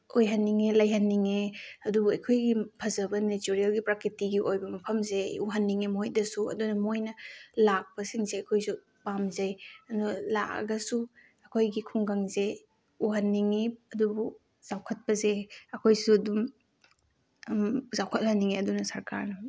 ꯑꯣꯏꯍꯟꯅꯤꯡꯉꯦ ꯂꯩꯍꯟꯅꯤꯡꯉꯦ ꯑꯗꯨꯕꯨ ꯑꯩꯈꯣꯏꯒꯤ ꯐꯖꯕ ꯅꯦꯆꯔꯦꯜꯒꯤ ꯄ꯭ꯔꯀꯤꯇꯤꯒꯤ ꯑꯣꯏꯕ ꯃꯐꯝꯁꯦ ꯎꯍꯟꯅꯤꯡꯉꯦ ꯃꯣꯏꯗꯁꯨ ꯑꯗꯨꯅ ꯃꯣꯏꯅ ꯂꯥꯛꯄꯁꯤꯡꯁꯦ ꯑꯩꯈꯣꯏꯁꯨ ꯄꯥꯝꯖꯩ ꯑꯗꯨ ꯂꯥꯛꯑꯒꯁꯨ ꯑꯩꯈꯣꯏꯒꯤ ꯈꯨꯡꯒꯪꯁꯦ ꯎꯍꯟꯅꯤꯡꯏ ꯑꯗꯨꯕꯨ ꯆꯥꯎꯈꯠꯄꯁꯦ ꯑꯩꯈꯣꯏꯁꯨ ꯑꯗꯨꯝ ꯆꯥꯎꯈꯠꯍꯟꯅꯤꯡꯉꯦ ꯑꯗꯨꯅ ꯁꯔꯀꯥꯔꯅ ꯃꯤꯠꯌꯦꯡ